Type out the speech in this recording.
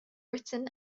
written